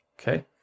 Okay